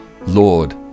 Lord